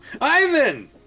Ivan